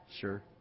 Sure